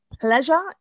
pleasure